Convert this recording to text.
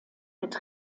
mit